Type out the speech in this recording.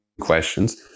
questions